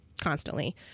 constantly